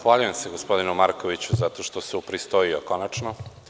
Zahvaljujem se gospodinu Markoviću zato što se upristojio konačno.